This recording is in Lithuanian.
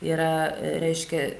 yra reiškia